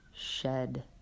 Shed